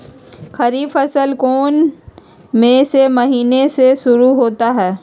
खरीफ फसल कौन में से महीने से शुरू होता है?